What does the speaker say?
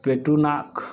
ପେଟୁ ନାକ୍